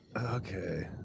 okay